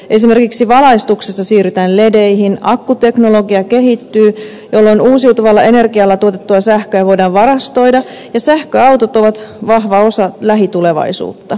esimerkiksi valaistuksessa siirrytään ledeihin akkuteknologia kehittyy jolloin uusiutuvalla energialla tuotettua sähköä voidaan varastoida ja sähköautot ovat vahva osa lähitulevaisuutta